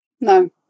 No